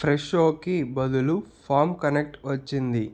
ఫ్రెషోకి బదులు farm connect వచ్చింది